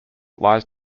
lies